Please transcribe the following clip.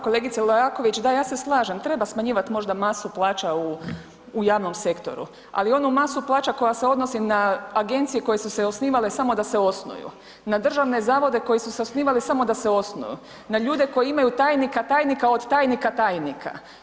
Kolegice Leaković, da, ja se slažem, treba smanjivat možda masu plaća u javnom sektoru ali onu masu plaća koja se odnosi na agencije koje su se osnivale samo da se osnuju, na državne zavode koji su se osnivali samo da osnuju, na ljude koji imaju od tajnika tajnika od tajnika tajnika.